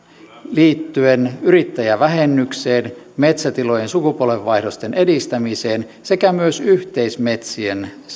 liittyen yrittäjävähennykseen metsätilojen sukupolvenvaihdosten edistämiseen sekä myös yhteismetsien